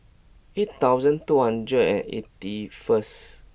eight thousand two hundred and eighty first